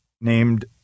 named